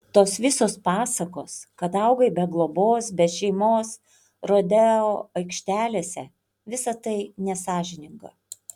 tos visos pasakos kad augai be globos be šeimos rodeo aikštelėse visa tai nesąžininga